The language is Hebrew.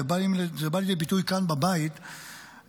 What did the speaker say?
וזה בא לידי ביטוי כאן בבית זה,